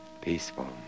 peaceful